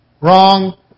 Wrong